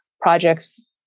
projects